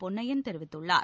பொன்னையன் தெரிவித்துள்ளார்